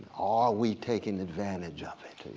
are we taking advantage of it?